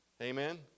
Amen